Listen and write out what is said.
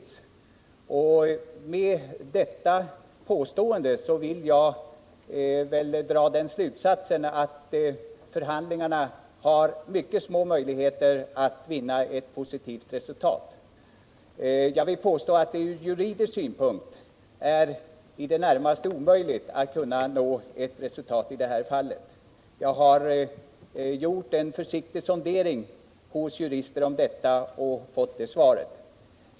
Med utgångspunkt i detta påstående vill jag dra den slutsatsen att det finns mycket små möjligheter att sådana förhandlingar skall leda till ett positivt resultat. Jag vill hävda att det från juridisk synpunkt är i det närmaste omöjligt att nå ett resultat i det här fallet. Jag har gjort en försiktig sondering hos jurister om detta och fått det svaret.